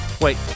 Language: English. Wait